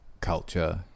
culture